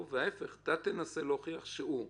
ואתה תנסה להוכיח שהוא.